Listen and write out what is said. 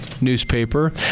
newspaper